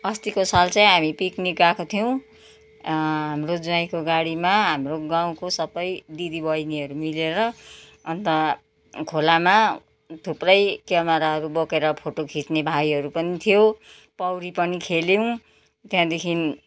अस्तिको साल चाहिँ हामी पिक्निक गएको थियौँ हाम्रो ज्वाइँको गाडीमा हाम्रो गाउँको सबै दिदीबहिनीहरू मिलेर अन्त खोलामा थुप्रै क्यामेराहरू बोकेर फोटो खिच्ने भाइहरू पनि थियो पौडी पनि खेल्यौँ त्यहाँदेखि